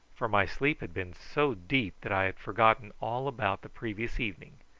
for my sleep had been so deep that i had forgotten all about the previous evening.